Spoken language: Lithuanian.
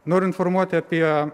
noriu informuoti apie